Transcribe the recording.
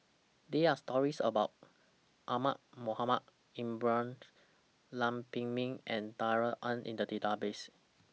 There Are stories about Ahmad Mohamed Ibrahim Lam Pin Min and Darrell Ang in The Database